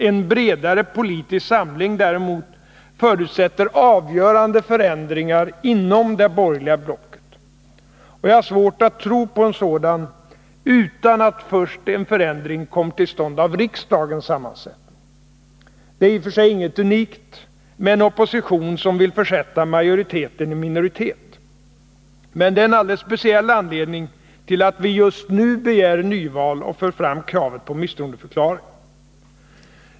En bredare politisk samling däremot förutsätter avgörande förändringar inom det borgerliga blocket. Jag har svårt att tro på en sådan utan att en förändring av riksdagens sammansättning först kommer till stånd. Det är i och för sig inget unikt med en opposition som vill försätta majoriteten i minoritetsställning. Men det är en alldeles speciell anledning till att vi just nu begär nyval och för fram kravet på misstroendeförklaring.